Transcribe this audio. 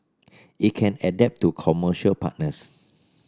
it can adapt to commercial partners